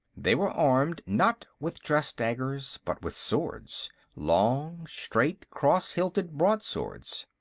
they were armed, not with dress-daggers, but with swords long, straight cross-hilted broadswords.